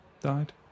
died